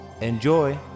Enjoy